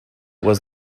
was